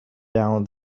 down